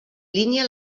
línia